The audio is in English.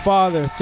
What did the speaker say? Father